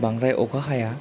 बांद्राय अखा हाया